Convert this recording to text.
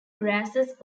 grasses